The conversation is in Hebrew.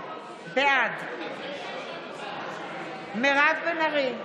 בעד מירב בן ארי,